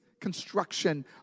construction